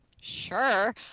Sure